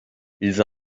ils